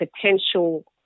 potential